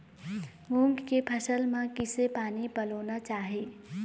मूंग के फसल म किसे पानी पलोना चाही?